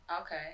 Okay